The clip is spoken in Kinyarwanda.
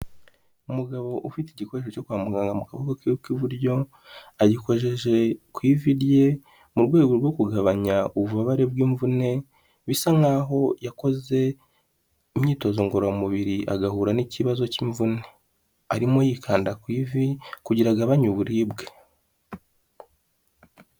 Umugabo ufite igikoresho cyo kwa muganga mu kaboko ke k'iburyo, agikojeje ku ivi rye mu rwego rwo kugabanya ububabare bw'imvune bisa nk'aho yakoze imyitozo ngororamubiri agahura n'ikibazo k'imvune, arimo yikanda ku ivi kugira ngo agabanye uburibwe.